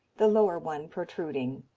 the lower one protruding.